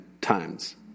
times